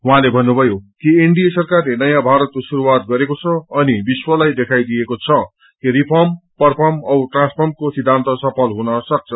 उहाँले भन्नुभ्ज्यो कि एनडिए सरकारले नयाँ भारतको शुरूआत गरेको छ अनि विश्वलाई देखाईदिएको छ कि रिफम र्पफम औ ट्रान्सर्फमको सिद्वान्त सफल हुन सक्छ